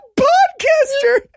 podcaster